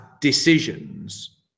decisions